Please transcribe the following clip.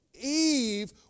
Eve